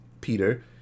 peter